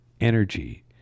energy